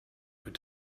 with